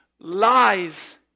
lies